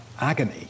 agony